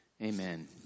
Amen